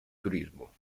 turismo